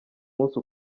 munsi